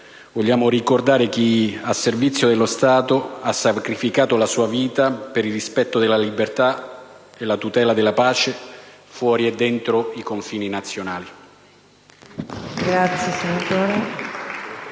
vogliamo ricordare chi, al servizio dello Stato, ha sacrificato la sua vita per il rispetto della libertà e la tutela della pace fuori e dentro i confini nazionali.